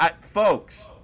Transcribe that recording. folks